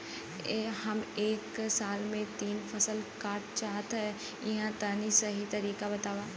हम एक साल में तीन फसल काटल चाहत हइं तनि सही तरीका बतावा?